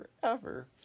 forever